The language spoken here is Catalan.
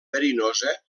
verinosa